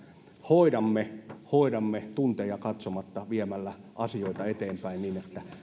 hoidamme hoidamme tunteja katsomatta viemällä asioita eteenpäin niin että